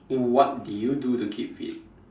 what did you do to keep fit